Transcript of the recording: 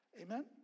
Amen